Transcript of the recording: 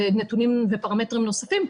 ופרמטרים נוספים,